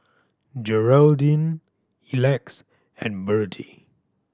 Geraldine Elex and Berdie